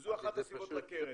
וזו אחת הסיבות לקרן.